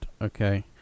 Okay